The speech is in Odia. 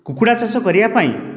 କୁକୁଡ଼ା ଚାଷ କରିବାପାଇଁ